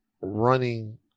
running